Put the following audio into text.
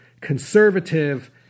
conservative